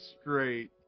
straight